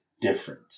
different